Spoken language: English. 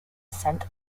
sent